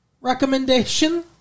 recommendation